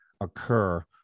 occur